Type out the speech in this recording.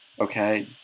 Okay